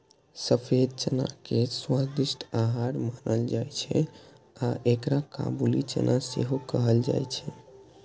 सफेद चना के स्वादिष्ट आहार मानल जाइ छै आ एकरा काबुली चना सेहो कहल जाइ छै